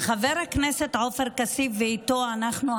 וחבר הכנסת עופר כסיף ואיתו אנחנו,